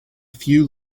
few